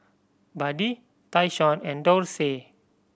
Buddy Tyshawn and Dorsey